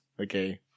Okay